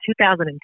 2010